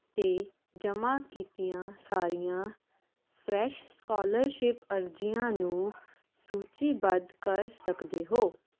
ਅਤੇ ਜਮ੍ਹਾਂ ਕੀਤੀਆਂ ਸਾਰੀਆਂ ਫਰੈਸ਼ ਸਕੋਲਰਸ਼ਿਪ ਅਰਜ਼ੀਆਂ ਨੂੰ ਸੂਚੀਬੱਧ ਕਰ ਸਕਦੇ ਹੋ